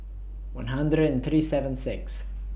one hundred and thirty seven Sixth